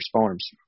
farms